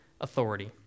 authority